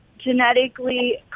genetically